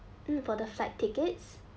mm for the flight tickets